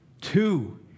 Two